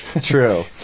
True